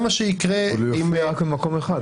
אני מבין שהתפיסה כאן היא שאתה לא צריך,